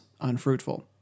unfruitful